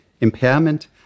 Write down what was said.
impairment